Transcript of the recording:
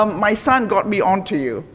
um my son got me onto you.